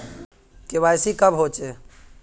KYC कब होचे?